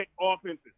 offenses